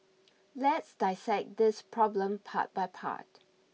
let's dissect this problem part by part